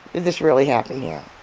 this really happened here